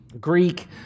Greek